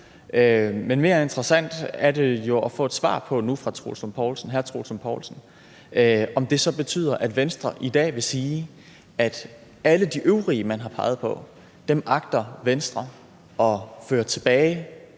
om. Mere interessant er det jo nu at få et svar fra hr. Troels Lund Poulsen på, om det så betyder, at Venstre i dag vil sige, at alle de øvrige, man har peget på, agter Venstre at føre tilbage,